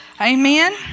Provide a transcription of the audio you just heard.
Amen